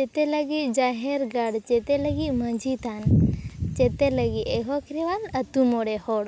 ᱪᱮᱛᱮ ᱞᱟᱹᱜᱤᱫ ᱡᱟᱦᱮᱨ ᱜᱟᱲ ᱪᱮᱛᱮ ᱞᱟᱹᱜᱤᱫ ᱢᱟᱹᱡᱷᱤ ᱛᱷᱟᱱ ᱪᱮᱛᱮ ᱞᱟᱹᱜᱤᱫ ᱮᱦᱳ ᱠᱷᱮᱨᱳᱣᱟᱞ ᱟᱹᱛᱩ ᱢᱚᱬᱮ ᱦᱚᱲ